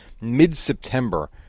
mid-September